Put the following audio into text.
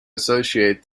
associate